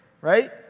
right